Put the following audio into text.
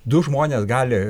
du žmonės gali